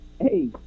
Hey